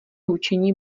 hučení